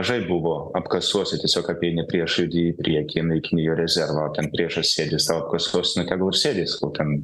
mažai buvo apkasuose tiesiog apeini priešą judi į priekį naikini jo rezervą o ten priešas sėdi sau apkasuos nu tegul sėdi jis kol ten